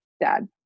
dad